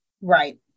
Right